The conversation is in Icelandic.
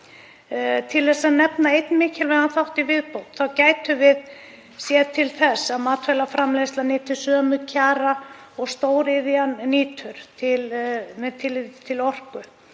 Til að nefna einn mikilvægan þátt í viðbót þá gætum við séð til þess að matvælaframleiðsla nyti sömu kjara og stóriðjan nýtur með